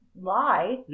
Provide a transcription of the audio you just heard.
lie